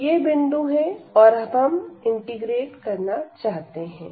तो ये बिंदु है और अब हम इंटीग्रेट करना चाहते हैं